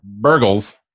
burgles